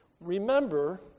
Remember